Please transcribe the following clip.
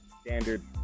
standard